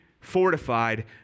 fortified